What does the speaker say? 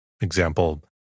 example